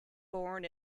born